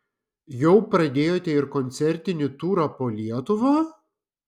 jau pradėjote ir koncertinį turą po lietuvą